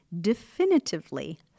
definitively